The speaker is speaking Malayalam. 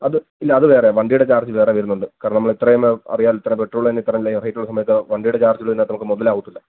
അത് ഇല്ല അത് വേറെ വണ്ടിയുടെ ചാര്ജ് വേറെ വരുന്നുണ്ട് കാരണം നമ്മൾ ഇത്രയും അറിയാലോ ഇത്രയും പെട്രോളിന് തന്നെ ഇത്രയും വില റേറ്റ് ഉള്ള സമയത്ത് വണ്ടിയുടെ ചാര്ജ് നമുക്ക് മുതലാകത്തില്ല